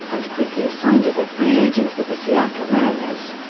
and quickly signed as a free agent with the seattle mariners.